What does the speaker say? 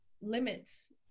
limits